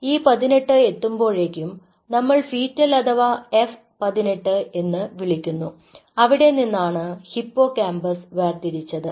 E 18 എത്തുമ്പോഴേക്കും നമ്മൾ fetal അഥവാ F 18 എന്ന് വിളിക്കുന്നു അവിടെനിന്നാണ് ഹിപ്പോകാമ്പസ് വേർതിരിച്ചത്